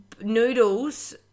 noodles